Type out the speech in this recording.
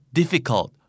difficult